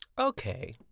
Okay